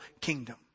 kingdom